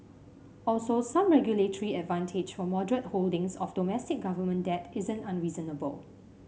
also some regulatory advantage for moderate holdings of domestic government debt isn't unreasonable